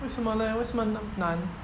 为什么 leh 为什么难